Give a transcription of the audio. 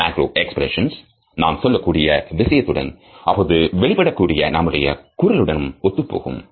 macro expressions நாம் சொல்லக்கூடிய விஷயத்துடன் அப்போது வெளிப்படக்கூடிய நம்முடைய குரலுடனும் ஒத்துப்போகும்